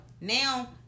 Now